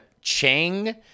Cheng